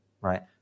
Right